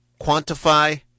quantify